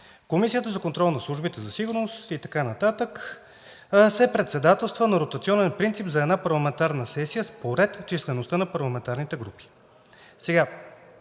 Комисията за контрол над службите за сигурност и така нататък се председателства на ротационен принцип за една парламентарна сесия според числеността на парламентарните групи“.